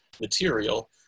material